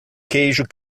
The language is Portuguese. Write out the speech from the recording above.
queijo